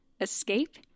escape